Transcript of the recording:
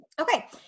Okay